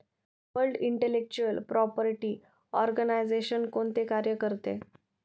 World intellectual property organisation कोणते कार्य करते?